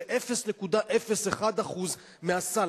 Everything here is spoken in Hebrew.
שזה 0.01% מהסל.